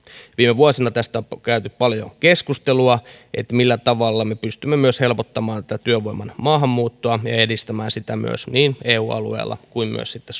viime vuosina tästä on käyty paljon keskustelua millä tavalla me pystymme myös helpottamaan tätä työvoiman maahanmuuttoa ja ja edistämään sitä niin eu alueella kuin myös sitten